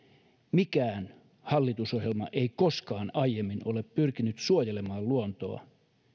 mikään hallitusohjelma ei koskaan aiemmin ole pyrkinyt suojelemaan luontoa